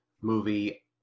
movie